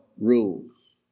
rules